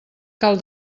cal